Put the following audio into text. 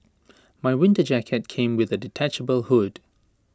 my winter jacket came with A detachable hood